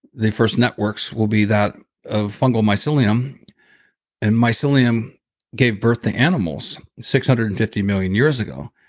the first networks will be that of fungal mycelium and mycelium gave birth to animals six hundred and fifty million years ago.